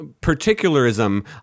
particularism